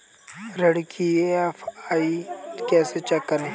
ऋण की ई.एम.आई कैसे चेक करें?